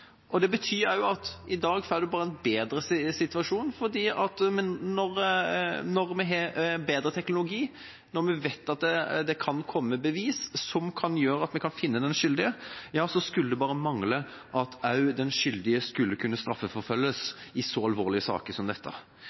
samme. Det betyr også at man i dag får en bedre situasjon, fordi når vi har bedre teknologi, når vi vet at det kan komme bevis som kan gjøre at vi kan finne den skyldige, skulle det bare mangle at også den skyldige skal kunne straffeforfølges i så alvorlige saker som dette.